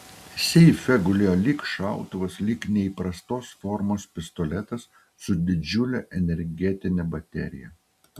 seife gulėjo lyg šautuvas lyg neįprastos formos pistoletas su didžiule energetine baterija